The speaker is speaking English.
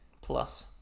Plus